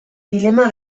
dilema